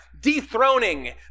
dethroning